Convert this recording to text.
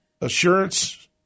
assurance